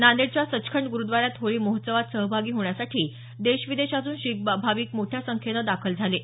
नांदेडच्या सचखंड गुरूद्धारात होळी महोत्सवात सहभागी होण्यासाठी देश विदेशातून शीख भाविक मोठ्या संख्येनं दाखल झाले आहेत